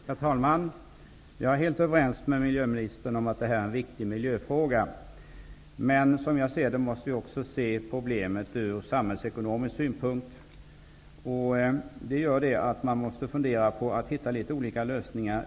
Herr talman! Jag är helt överens med miljöministern om att detta är en viktig miljöfråga. Vi måste dock också se problemet från samhällsekonomisk synpunkt. Man måste då försöka hitta olika lösningar.